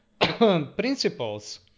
principles